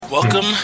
Welcome